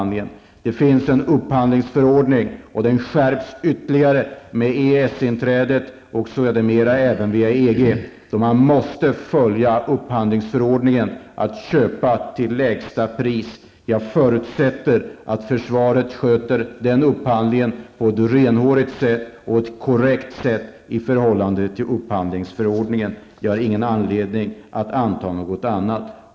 Det finns en upphandlingsförordning, och den skärps ytterligare med EES-inträdet och sedermera även vid EG-inträdet. Man måste följa upphandlingsförordningen att köpa till lägsta pris. Jag förutsätter att försvaret sköter den upphandlingen på ett renhårigt och korrekt sätt i förhållande till upphandlingsförordningen. Jag har ingen anledning att anta något annat.